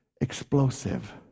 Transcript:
explosive